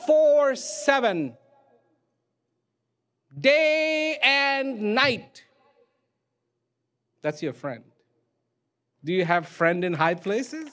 four seven day and night that's your friend do you have friend in high places